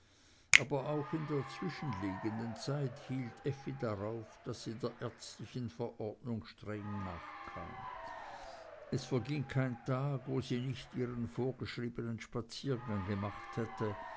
aber auch in der zwischenliegenden zeit hielt effi darauf daß sie der ärztlichen verordnung streng nachkam es verging kein tag wo sie nicht ihren vorgeschriebenen spaziergang gemacht hätte